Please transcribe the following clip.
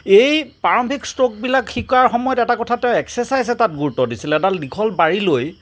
এই প্ৰাৰম্ভিক ষ্ট্ৰ'কবিলাক শিকাৰ সময়ত এটা কথাতে এক্সেৰচাইজ এটাত গুৰুত্ব দিছিল এডাল দীঘল বাৰি লৈ